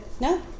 no